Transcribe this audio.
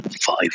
five